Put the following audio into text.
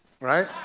right